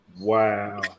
Wow